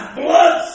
blood